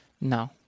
No